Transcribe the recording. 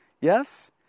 Yes